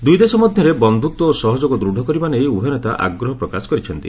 ଦୂଇ ଦେଶ ମଧ୍ୟରେ ବନ୍ଧୁତ୍ୱ ଓ ସହଯୋଗ ଦୃଢ଼ କରିବା ନେଇ ଉଭୟ ନେତା ଆଗ୍ରହ ପ୍ରକାଶ କରିଛନ୍ତି